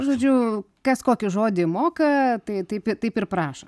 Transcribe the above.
žodžiu kas kokį žodį moka tai taip taip ir prašo